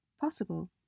possible